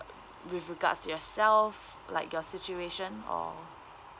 with regards to yourself like your situation or